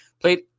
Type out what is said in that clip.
played